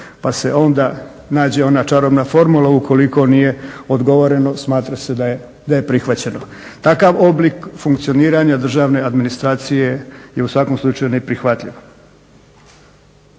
pa se onda nađe ona čarobna formula ukoliko nije odgovoreno smatra se da je prihvaćeno. Takav oblik funkcioniranja državne administracije je u svakom slučaju neprihvatljiv.